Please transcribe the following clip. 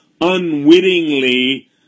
unwittingly